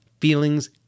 feelings